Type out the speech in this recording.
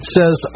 says